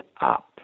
up